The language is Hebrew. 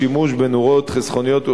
השימוש בנורות חסכוניות במדינת ישראל הוא